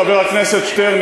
חבר הכנסת שטרן,